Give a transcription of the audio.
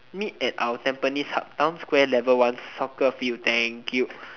meet at our Tampines hub town square level one soccer field thank you